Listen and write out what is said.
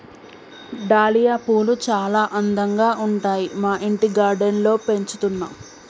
dahlia పూలు చాల అందంగా ఉంటాయి మా ఇంటి గార్డెన్ లో పెంచుతున్నా